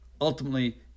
ultimately